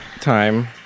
time